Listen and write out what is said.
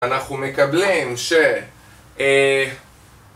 אנחנו מקבלים ש...